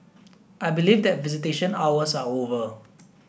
I believe that visitation hours are over